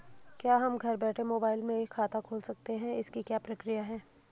क्या हम घर बैठे मोबाइल से खाता खोल सकते हैं इसकी क्या प्रक्रिया है?